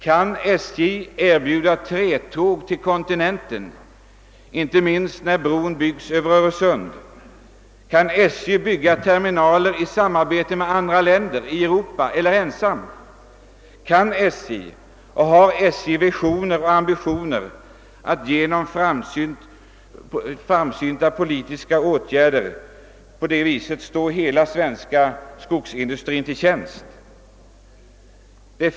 Kan SJ erbjuda trätåg till kontinenten, särskilt när bron över Öresund har byggts? Kan statens järnvägar ensamma eller i samarbete med andra länder i Europa bygga terminaler? Har SJ visioner och ambitioner att genom framsynta politiska åtgärder på detta sätt stå hela den svenska skogsindustrin till tjänst?